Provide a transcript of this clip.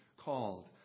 called